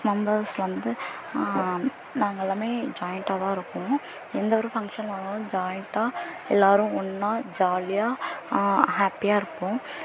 six members வந்து நாங்கள் எல்லாமே ஜாயிண்ட்டாக தான் இருப்போம் எந்த ஒரு ஃபங்ஷன் ஆனாலும் ஜாயிண்ட்டாக எல்லாேரும் ஒன்றா ஜாலியாக ஹாப்பியாக இருப்போம்